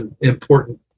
important